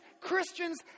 Christians